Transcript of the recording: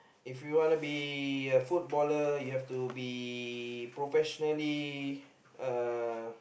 if you want to be a footballer you have to be professionally uh